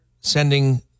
sending